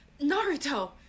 naruto